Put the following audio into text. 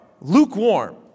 lukewarm